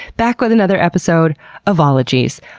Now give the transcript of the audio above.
back with another episode of ologies.